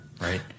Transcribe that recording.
right